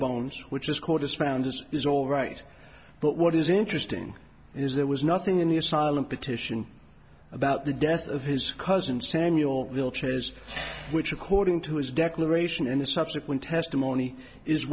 correspondence is all right but what is interesting is there was nothing in the asylum petition about the death of his cousin samuel will chairs which according to his declaration and a subsequent testimony is